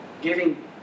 giving